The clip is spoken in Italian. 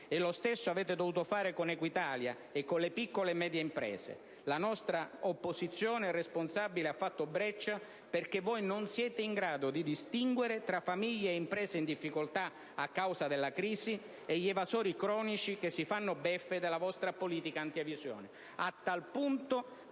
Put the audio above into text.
Lo stesso avete dovuto fare con Equitalia e con le piccole e medie imprese; la nostra opposizione responsabile ha fatto breccia, perché voi non siete in grado di distinguere tra famiglie e imprese in difficoltà a causa della crisi e gli evasori cronici che si fanno beffe della vostra politica antievasione. A tal punto